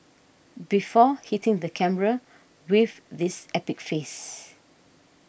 before hitting the camera with this epic face